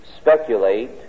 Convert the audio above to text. speculate